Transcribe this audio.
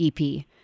EP